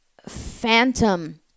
phantom